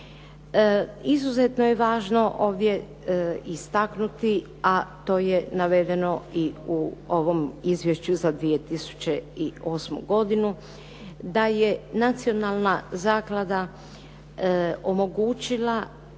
Izuzetno je važno ovdje istaknuti, a to je navedeno i u ovom izvješću za 2008. godinu, da je nacionalna zaklada omogućila